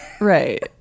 Right